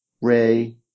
Ray